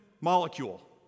molecule